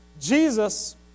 Jesus